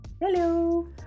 Hello